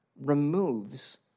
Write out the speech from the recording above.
removes